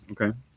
okay